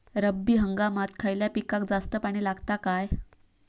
रब्बी हंगामात खयल्या पिकाक जास्त पाणी लागता काय?